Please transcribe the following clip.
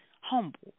humble